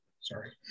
Sorry